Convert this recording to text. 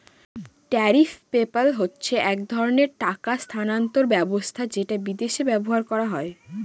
tariff PayPal হচ্ছে এক ধরনের টাকা স্থানান্তর ব্যবস্থা যেটা বিদেশে ব্যবহার করা হয়